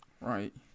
Right